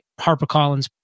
HarperCollins